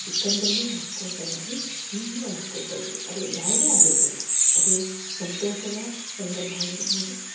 ಚಿಕ್ಕಂದಲ್ಲು ಹಂಚಿಕೊಳ್ತ ಇದ್ವಿ ಈಗಲು ಹಂಚ್ಕೊಳ್ತ ಇದ್ವಿ ಅದು ಯಾವುದೇ ಆಗಿರ್ಬೋದು ಅದು ಸಂತೋಷದ ಸಂದರ್ಭ ಆಗಿರ್ಬೋದು